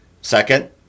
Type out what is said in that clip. Second